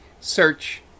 search